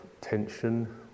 tension